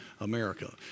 America